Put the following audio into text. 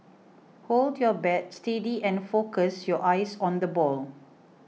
hold your bat steady and focus your eyes on the ball